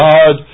God